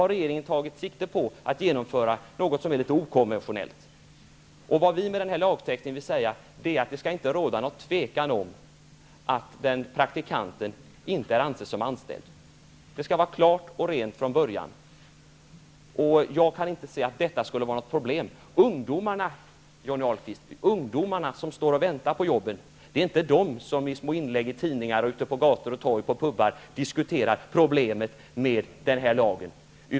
Regeringen har då tagit sikte på att genomföra något som är litet okonventionellt. Vi vill att det med denna lagtext inte skall råda något tvivel om att praktikanten anses som inte anställd. Det skall vara klart från början. Jag kan inte se att detta skulle vara något problem Det är inte de ungdomar som väntar på jobben, Johnny Ahlqvist, som i små inlägg i tidningar, ute på gator och torg och på pubar diskuterar problemet med den här lagen.